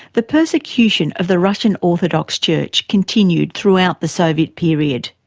the persecution of the russian orthodox church continued throughout the soviet period.